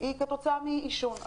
היא כתוצאה מעישון.